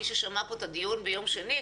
מי ששמע כאן את הדיון ביום שני,